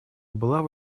была